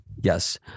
yes